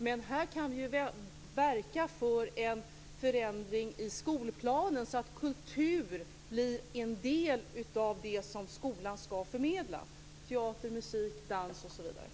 Men vi kan ju verka för en förändring i skolplanen, så att kultur blir en del av det skolan skall förmedla - teater, musik, dans osv.